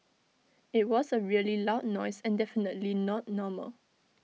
IT was A really loud noise and definitely not normal